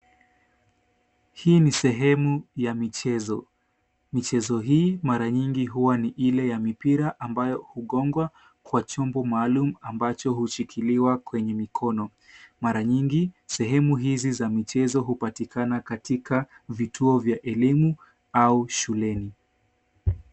hii ni sehemu ya michezo michezo hii mara nyingi huwa ni ile ya mipira ambayo hugongwa kwa chombo maalum ambacho hushikiliwa kwenye mikono mara nyingi sehemu hizi za michezo hupatikana katika vituo vya elimu au shuleni